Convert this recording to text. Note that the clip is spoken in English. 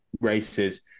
races